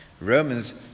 Romans